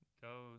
go